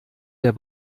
der